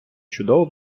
чудово